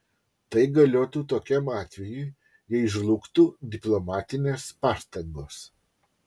tai galiotų tokiam atvejui jei žlugtų diplomatinės pastangos